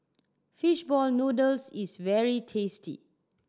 fish ball noodles is very tasty